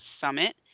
Summit